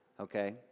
Okay